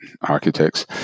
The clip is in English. architects